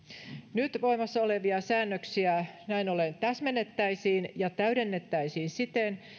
nyt voimassa olevia säännöksiä näin ollen täsmennettäisiin ja täydennettäisiin siten